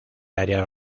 áreas